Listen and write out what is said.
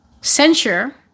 censure